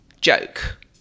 joke